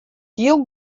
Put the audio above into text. hiel